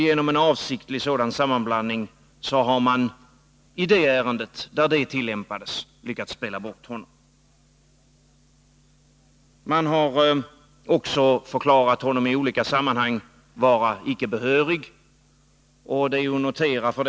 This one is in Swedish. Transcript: Genom en avsiktlig sådan sammanblandning har man i detta ärende, där systemet tillämpades, lyckats spela bort sökanden. Man har också i olika sammanhang förklarat honom vara icke behörig.